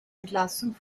entlassung